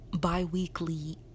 bi-weekly